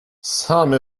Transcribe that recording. some